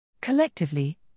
Collectively